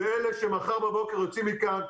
זה אלה שמחר בבוקר יוצאים מכאן,